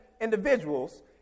individuals